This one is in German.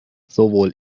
sowohl